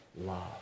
love